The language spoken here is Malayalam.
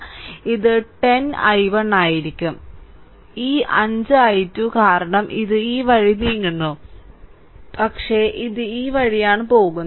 ഇത് 10 i1 ആയിരിക്കും ഇത് 10 i1 ആണ് ഈ 5 i2 കാരണം ഇത് ഈ വഴി നീങ്ങുന്നു പക്ഷേ ഇത് ഈ വഴിയാണ് പോകുന്നത്